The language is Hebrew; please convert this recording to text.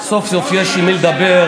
סוף-סוף יש עם מי לדבר,